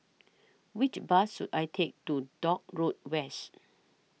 Which Bus should I Take to Dock Road West